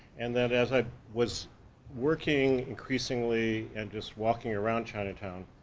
and that as i was working increasingly, and just walking around chinatown,